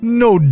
no